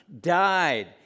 died